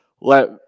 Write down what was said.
let